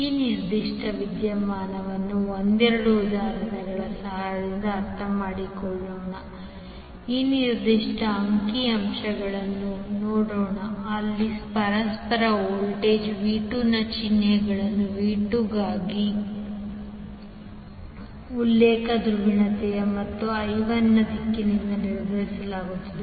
ಈ ನಿರ್ದಿಷ್ಟ ವಿದ್ಯಮಾನವನ್ನು ಒಂದೆರಡು ಉದಾಹರಣೆಗಳ ಸಹಾಯದಿಂದ ಅರ್ಥಮಾಡಿಕೊಳ್ಳೋಣ ಈ ನಿರ್ದಿಷ್ಟ ಅಂಕಿ ಅಂಶವನ್ನು ನೋಡೋಣ ಅಲ್ಲಿ ಪರಸ್ಪರ ವೋಲ್ಟೇಜ್ v2 ನ ಚಿಹ್ನೆಯನ್ನು v2 ಗಾಗಿ ಉಲ್ಲೇಖ ಧ್ರುವೀಯತೆ ಮತ್ತು i1 ದಿಕ್ಕಿನಿಂದ ನಿರ್ಧರಿಸಲಾಗುತ್ತದೆ